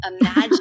imagine